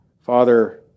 Father